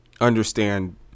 understand